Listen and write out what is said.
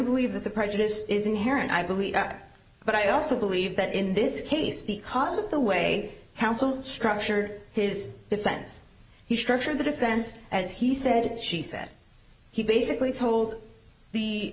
believe that the prejudice is inherent i believe but i also believe that in this case because of the way counsel structured his defense he struck for the defense as he said she said he basically told the